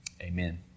Amen